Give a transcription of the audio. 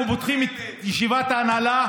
אנחנו עושים את כל המהלכים כממשלה,